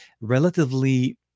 relatively